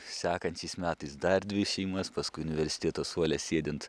sekančiais metais dar dvi šeimas paskui universiteto suole sėdint